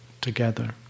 together